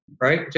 right